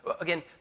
Again